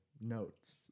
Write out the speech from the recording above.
notes